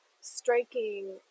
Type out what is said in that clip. striking